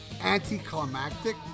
anticlimactic